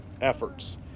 efforts